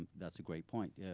that's a great point. yeah